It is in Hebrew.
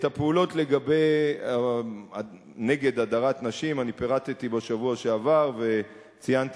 הפעולות נגד הדרת נשים פירטתי בשבוע שעבר וציינתי